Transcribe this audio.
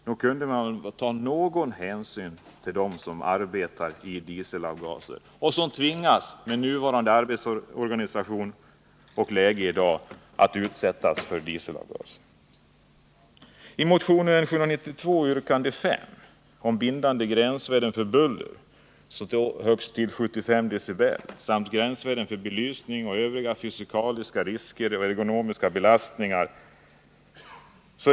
Nog borde man kunna ta någon hänsyn till dem som med nuvarande arbetsorganisation tvingas att utsätta sig för dieselavgaser. I motionen 792, yrkandet 5, kräver vi ett bindande gränsvärde för buller på högst 75 decibel samt gränsvärden för belysning och övriga fysikaliska risker och ergonomiska belastningar.